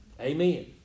Amen